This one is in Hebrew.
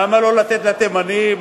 למה לא לתת לתימנים,